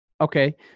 Okay